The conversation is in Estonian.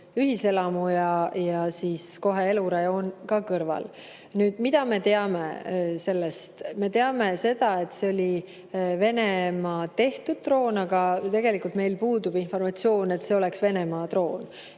ühiselamu ja siis kohe elurajoon ka kõrval. Mida me teame sellest? Me teame seda, et see oli Venemaa tehtud droon, aga tegelikult meil puudub informatsioon, et Venemaa selle drooni